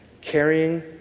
carrying